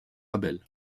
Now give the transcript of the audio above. abel